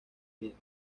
viento